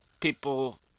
people